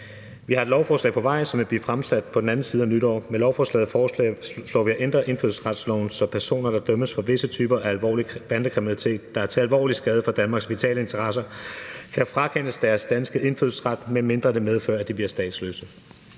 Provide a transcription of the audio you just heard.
Vi har et lovforslag på vej, som vil blive fremsat på den anden side af nytår. Med lovforslaget foreslår vi at ændre indfødsretsloven, så personer, der dømmes for visse typer af alvorlig bandekriminalitet, der er til alvorlig skade for Danmarks vitale interesser, kan frakendes deres danske indfødsret, medmindre det medfører, at de bliver statsløse.